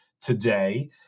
today